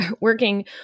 working